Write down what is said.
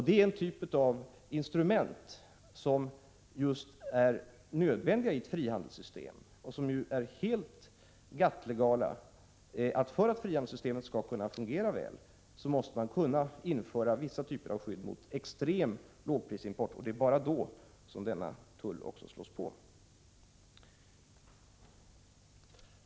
Det är en typ av instrument som är nödvändigt just i ett frihandelssystem och som är helt legalt enligt GATT. För att frihandelssystemet skall kunna fungera väl måste man kunna införa vissa typer av skydd mot extrem lågprisimport, och det är bara då som denna tull läggs på.